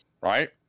right